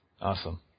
Awesome